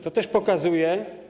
To też pokazuje.